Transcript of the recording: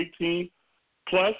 18-plus